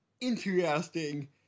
interesting